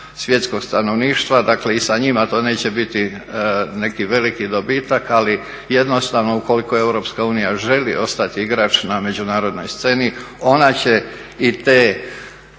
svjetskog stanovništva. Dakle, i sa njima to neće biti neki veliki dobitak ali jednostavno ukoliko EU želi ostati igrač na međunarodnoj sceni ona će i te